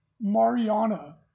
mariana